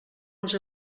els